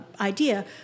idea